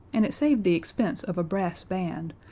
and it saved the expense of a brass band,